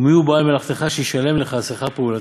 ונאמן הוא בעל מלאכתך שישלם לך שכר פעולתך.